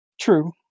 True